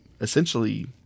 essentially